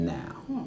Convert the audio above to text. now